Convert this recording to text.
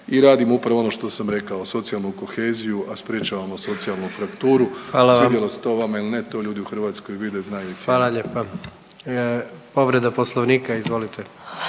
i radimo upravo ono što sam rekao socijalnu koheziju, a sprječavamo socijalnu frakturu. Svidjelo se to vama ili to ljudi u Hrvatskoj vide, znaju i cijene. **Jandroković, Gordan